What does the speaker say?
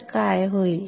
तर काय होईल